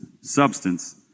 substance